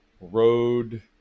Road